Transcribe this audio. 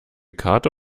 karte